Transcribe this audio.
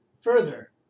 Further